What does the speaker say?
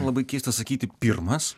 labai keista sakyti pirmas